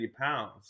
pounds